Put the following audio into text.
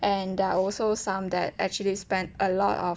and there are also some that actually spend a lot of